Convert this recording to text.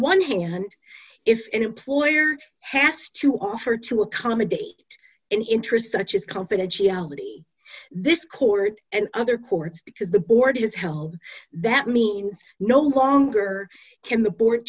one hand if an employer has to offer to accommodate an interest such as confidentiality this court and other courts because the board is held that means no longer can the board